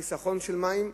לחיסכון במים,